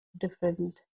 different